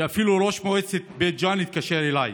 שאפילו ראש מועצת בית ג'ן התקשר אליי.